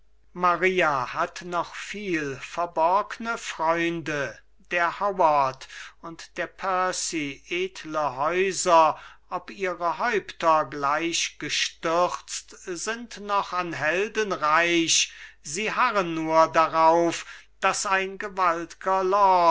maria hat noch viel verborgne freunde der howard und der percy edle häuser ob ihre häupter gleich gestürzt sind noch an helden reich sie harren nur darauf daß ein